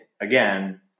again